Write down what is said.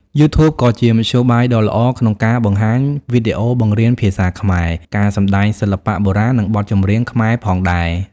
យូធូបក៏ជាមធ្យោបាយដ៏ល្អក្នុងការបង្ហាញវីដេអូបង្រៀនភាសាខ្មែរ ការសម្តែងសិល្បៈបុរាណ និងបទចម្រៀងខ្មែរផងដែរ។